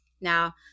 Now